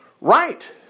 Right